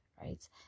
right